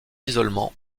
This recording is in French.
isolement